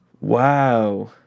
Wow